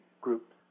groups